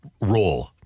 role